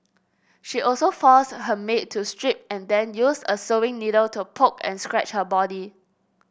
she also forced her maid to strip and then used a sewing needle to poke and scratch her body